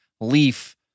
Leaf